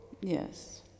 Yes